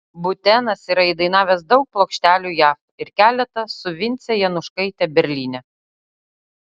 būtėnas yra įdainavęs daug plokštelių jav ir keletą su vince januškaite berlyne